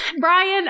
Brian